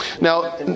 Now